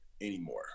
anymore